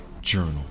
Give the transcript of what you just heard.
journal